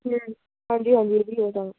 ਹਾਂਜੀ ਹਾਂਜੀ ਜੀ ਉਹ ਤਾਂ